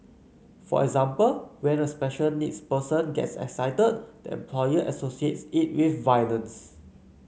for example when a special needs person gets excited the employer associates it with violence